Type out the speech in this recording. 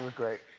great.